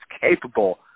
capable